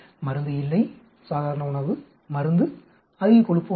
மருந்து இல்லை சாதாரண உணவு மருந்து அதிக கொழுப்பு உணவு